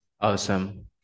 Awesome